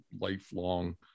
lifelong